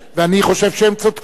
ואני חושב שהם צודקים.